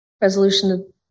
resolution